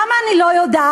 למה אני לא יודעת?